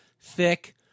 thick